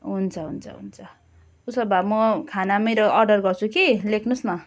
हुन्छ हुन्छ हुन्छ उसो भए म खाना मेरो अर्डर गर्छु कि लेख्नुहोस् न